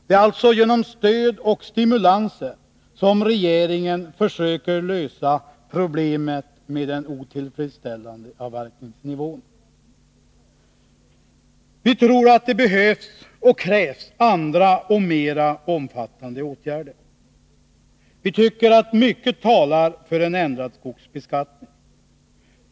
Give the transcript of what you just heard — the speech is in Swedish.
Det är alltså genom stöd och stimulanser som regeringen försöker lösa problemet med den otillfredsställande avverkningsnivån. Vi tror att det behövs och krävs andra och mer omfattande åtgärder. Vi tycker att mycket talar för en ändring av skogsbeskattningen.